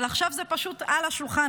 אבל עכשיו זה פשוט על השולחן.